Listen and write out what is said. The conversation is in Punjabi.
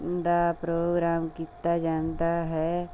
ਦਾ ਪ੍ਰੋਗਰਾਮ ਕੀਤਾ ਜਾਂਦਾ ਹੈ